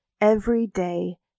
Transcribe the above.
everyday